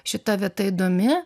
šita vieta įdomi